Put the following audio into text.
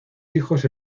hijos